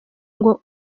ngo